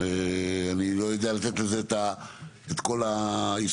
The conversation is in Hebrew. אני לא יודע לתת לזה את כל ההסתכלות,